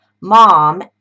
mom